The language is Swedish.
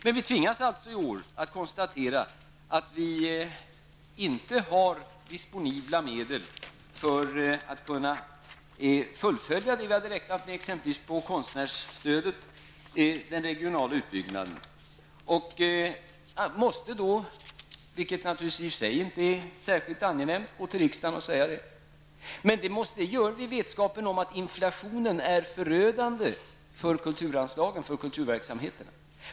Men vi tvingas alltså i år att konstatera att vi inte har disponibla medel för att kunna fullfölja det vi hade räknat med exempelvis i fråga om konstnärsstödet och den regionala utbyggnaden. Vi måste då, vilket naturligtvis i sig inte är särskilt angenämt, gå till riksdagen och säga detta. Men vi måste göra det i vetskap om att inflationen är förödande för kulturanslagen, för kulturverksamheten.